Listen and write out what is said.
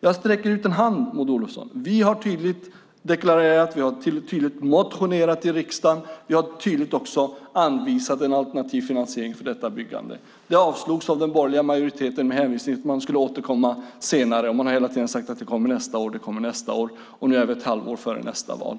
Jag sträcker ut en hand, Maud Olofsson. Vi har tydligt deklarerat. Vi har tydligt motionerat i riksdagen. Vi har också tydligt anvisat en alternativ finansiering för detta byggande. Det avslogs av den borgerliga majoriteten med hänvisning till att man skulle återkomma senare. Man har hela tiden sagt att det kommer nästa år. Och nu är vi ett halvår före nästa val.